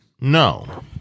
No